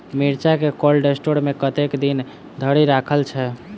मिर्चा केँ cold store मे कतेक दिन धरि राखल छैय?